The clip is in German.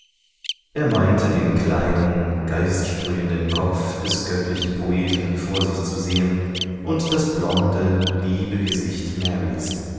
er meinte den kleinen geistsprühenden kopf des göttlichen poeten vor sich zu sehen und das blonde liebe gesicht marys